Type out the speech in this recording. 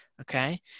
Okay